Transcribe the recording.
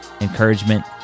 encouragement